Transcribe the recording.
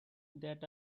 that